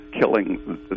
killing